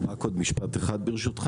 רק עוד משפט אחד ברשותך,